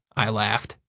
i laughed.